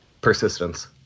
Persistence